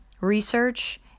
research